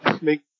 make